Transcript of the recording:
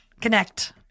connect